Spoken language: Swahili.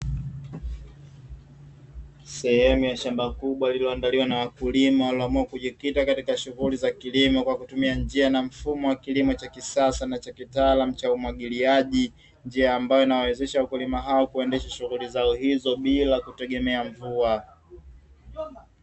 Sehemu ya shamba kubwa lililoandaliwa na wakulima walioamua kujikita katika shughuli za kilimo kwa kutumia njia na mfumo wa kilimo cha kisasa na cha kitaalamu cha umwagiliaji, njia ambayo inawawezesha wakulima hawa kuendesha shughuli zao hizo bila kutegemea mvua.